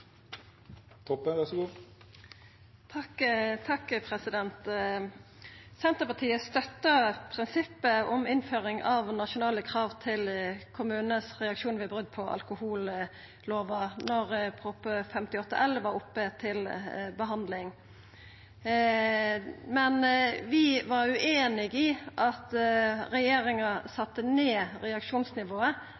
Senterpartiet støtta prinsippet om å innføra nasjonale krav med omsyn til kommunane sin reaksjon ved brot på alkohollova da Prop. 58 L for 2014–2015 vart behandla. Men vi var ueinige i at regjeringa